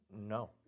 No